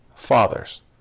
fathers